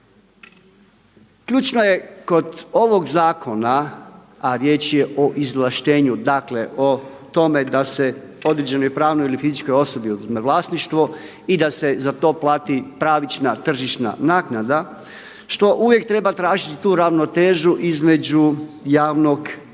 Ključno je kod ovog zakona a riječ je o izvlaštenju dakle o tome da se određenoj pravnoj ili fizičkoj osobi oduzme vlasništvo i da se za to plati pravična tržišna naknada što uvijek treba tražiti tu ravnotežu između javnog i